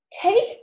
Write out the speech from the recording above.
take